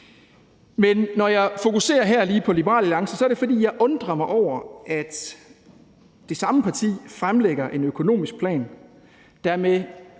Men når jeg her lige fokuserer på Liberal Alliance, er det, fordi jeg undrer mig over, at det samme parti fremlægger en økonomisk plan, der med